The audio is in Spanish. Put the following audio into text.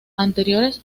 anteriores